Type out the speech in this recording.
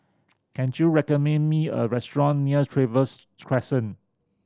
can you recommend me a restaurant near Trevose Crescent